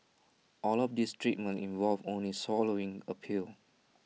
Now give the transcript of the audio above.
all of these treatments involve only swallowing A pill